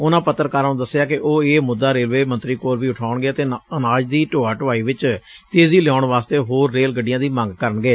ਉਨ੍ਹਾ ਪੱਤਰਕਾਰਾਂ ਨੂੰ ਦੱਸਿਆ ਕਿ ਉਹ ਇਹ ਮੁੱਦਾ ਰੇਲਵੇ ਮੰਤਰੀ ਕੋਲ ਵੀ ਉਠਾਉਣਗੇ ਅਤੇ ਅਨਾਜ਼ ਦੀ ਢੋਆ ਢੁਆਈ ਵਿੱਚ ਤੇਜ਼ੀ ਲਿਆਉਣ ਵਾਸਤੇ ਹੋਰ ਰੇਲ ਗੱਡੀਆਂ ਦੀ ਮੰਗ ਕਰਨਗੇ